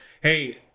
hey